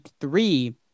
three